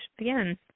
again